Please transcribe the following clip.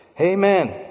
amen